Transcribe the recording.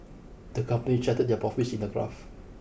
the company charted their profits in a graph